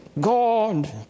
God